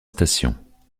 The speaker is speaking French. stations